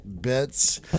bits